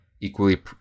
equally